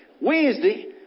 Wednesday